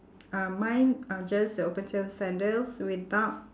uh mine are just the open toe sandals without